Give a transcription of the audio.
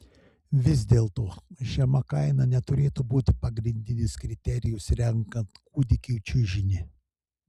vis dėlto žema kaina neturėtų būti pagrindinis kriterijus renkant kūdikiui čiužinį